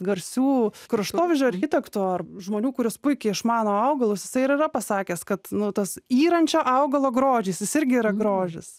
garsių kraštovaizdžio architektų ar žmonių kuris puikiai išmano augalus ir yra pasakęs kad nu tas yrančio augalo grožis jis irgi yra grožis